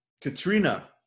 Katrina